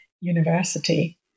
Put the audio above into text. university